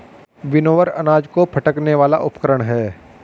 winnower अनाज को फटकने वाला उपकरण है